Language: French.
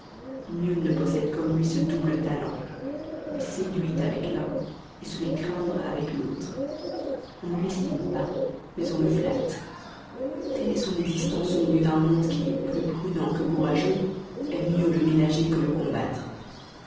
nul ne possède comme lui ce double talent il séduit avec l'un se fait craindre avec l'autre on ne l'estime pas mais on le flatte telle est son existence au milieu d'un monde qui plus prudent que courageux aime mieux le ménager que le combattre